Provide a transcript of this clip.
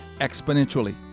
exponentially